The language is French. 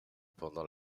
pendant